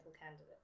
candidate